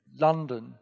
London